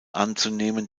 anzunehmen